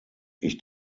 ich